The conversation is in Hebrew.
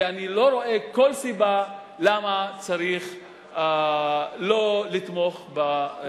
ואני לא רואה שום סיבה למה צריך לא לתמוך בהצעת החוק.